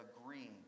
agreeing